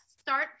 start